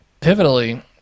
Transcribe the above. Pivotally